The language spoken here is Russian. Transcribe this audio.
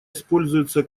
используется